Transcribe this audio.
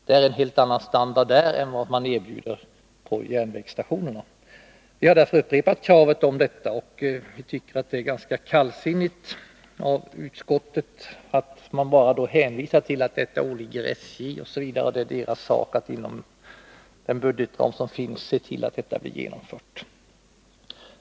Där är det en helt annan standard än vad man erbjuder på järnvägsstationerna. Vi har därför upprepat kravet. Jag tycker det är ganska kallsinnigt av utskottet att bara hänvisa till att det är SJ:s sak att inom ramen för sin budget se till att detta blir genomfört.